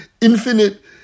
infinite